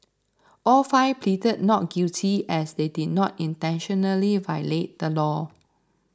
all five pleaded not guilty as they did not intentionally violate the law